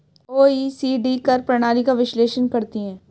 OECD कर प्रणाली का विश्लेषण करती हैं